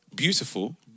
beautiful